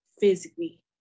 physically